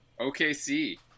OKC